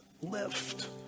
lift